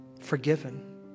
forgiven